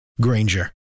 Granger